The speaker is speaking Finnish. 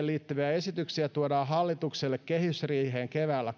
liittyviä esityksiä tuodaan hallitukselle kehysriiheen keväällä